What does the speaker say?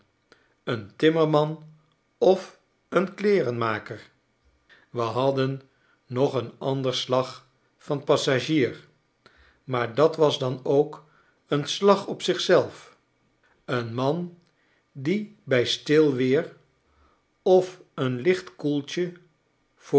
een timmerman of een kleerenmaker we hadden nog een ander slag van passagier maar dat was dan ook een slag op zich zelf een man die bij stil weer of een licht koeltje